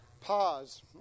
Pause